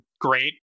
great